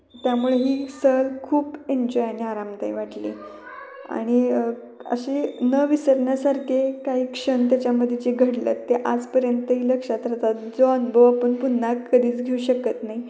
त्यामुळे ही सहल खूप एन्जॉय आणि आरामदायी वाटली आणि अशी न विसरण्यासारखे काही क्षण त्याच्यामध्ये जे घडले आहेत ते आजपर्यंतही लक्षात राहतात जो अनुभव आपण पुन्हा कधीच घेऊ शकत नाही